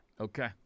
Okay